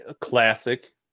classic